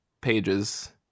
pages